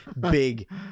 big